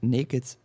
Naked